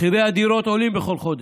מחירי הדירות עולים בכל חודש,